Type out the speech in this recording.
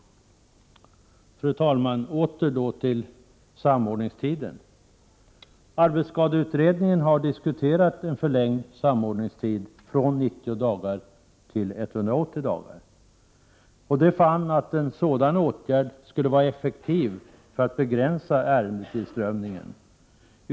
Fru talman! Åter till detta med samordningstiden. Arbetsskadeutredningen har diskuterat en förlängd samordningstid, från 90 till 180 dagar. Man fann att en sådan åtgärd skulle vara effektiv för att begränsa ärendetillströmningen.